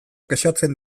kexatzen